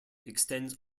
extends